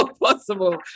possible